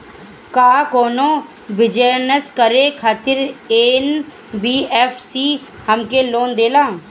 का कौनो बिजनस करे खातिर एन.बी.एफ.सी हमके लोन देला?